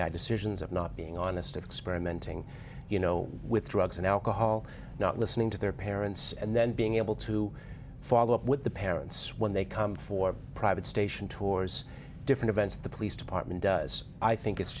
bad decisions of not being honest experimenting you know with drugs and alcohol not listening to their parents and then being able to follow up with the parents when they come for private station tours different events the police department does i think it's